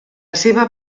seva